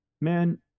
man